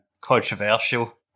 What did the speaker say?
controversial